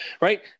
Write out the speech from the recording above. right